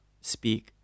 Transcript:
speak